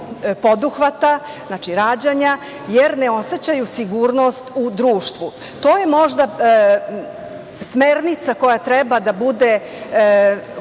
poduhvata, znači, rađanja, jer ne osećaju sigurnost u društvu. To je možda smernica koja treba da bude,